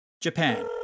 Japan